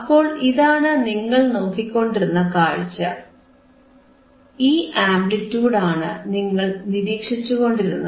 അപ്പോൾ ഇതാണ് നിങ്ങൾ നോക്കിക്കൊണ്ടിരുന്ന കാഴ്ച ഈ ആംപ്ലിറ്റിയൂഡ് ആണ് നിങ്ങൾ നിരീക്ഷിച്ചുകൊണ്ടിരുന്നത്